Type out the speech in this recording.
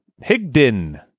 Higden